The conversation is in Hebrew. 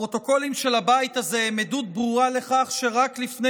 הפרוטוקולים של הבית הזה הם עדות ברורה לכך שרק לפני